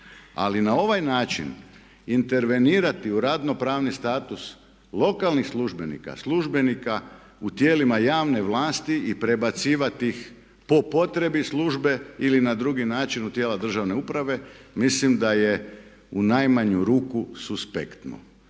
ali na ovaj način intervenirati u radno pravni status lokalnih službenika, službenika u tijelima javne vlasti i prebacivati ih po potrebi službe ili na drugi način u tijela državne uprave mislim da je u najmanju ruku suspektno